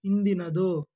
ಹಿಂದಿನದು